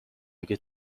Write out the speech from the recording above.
اگه